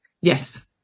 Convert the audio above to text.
yes